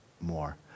more